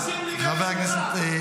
אתם רוצים לגרש אותם.